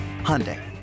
Hyundai